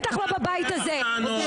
בטח לא בבית הזה.